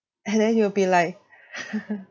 and then you'll be like